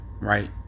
right